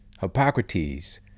Hippocrates